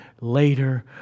later